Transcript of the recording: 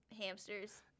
hamsters